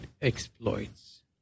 exploits